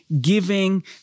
giving